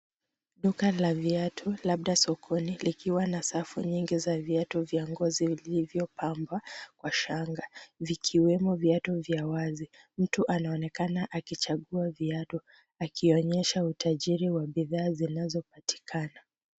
Duka la viatu, labda sokoni likiwa na safu nyingi za viatu vya ngozi vilivyopangwa, kwa shanga, vikiwemo viatu vya wazi. Mtu anaonekana akichagua viatu, akionyesha utajiri wa bidhaa zinazopatikana.